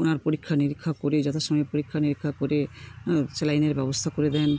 ওনার পরীক্ষা নিরীক্ষা করে যথাসময়ে পরীক্ষা নিরীক্ষা করে সেলাইনের ব্যবস্থা করে দেন